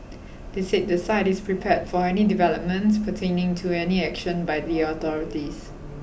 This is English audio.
they said the site is prepared for any developments pertaining to any action by the authorities